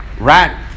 right